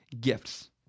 gifts